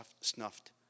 snuffed